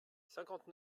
cinquante